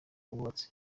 bubatse